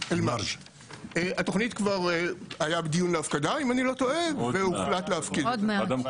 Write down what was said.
היה דיון להפקדה אם אני לא טועה והוחלט להפקיד אותה.